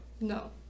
No